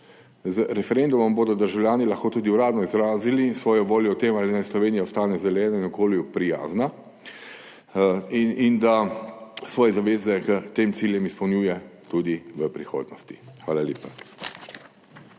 Z referendumom bodo državljani lahko tudi uradno izrazili svojo voljo o tem, ali naj Slovenija ostane zelena in okolju prijazna in da svoje zaveze k tem ciljem izpolnjuje tudi v prihodnosti. Hvala lepa.